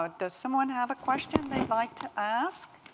ah does someone have a question they'd like to ask?